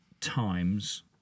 Times